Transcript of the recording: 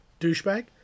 douchebag